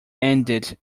ended